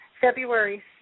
February